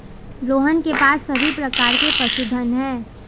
रोहन के पास सभी प्रकार के पशुधन है